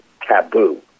taboo